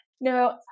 no